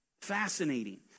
Fascinating